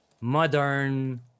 modern